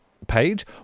page